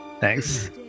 Thanks